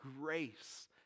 grace